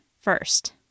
first